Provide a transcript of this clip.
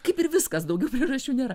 kaip ir viskas daugiau priežaščių nėra